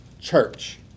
church